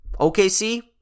OKC